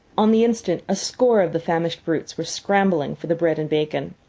on the instant a score of the famished brutes were scrambling for the bread and bacon.